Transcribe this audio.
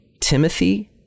Timothy